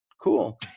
Cool